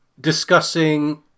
discussing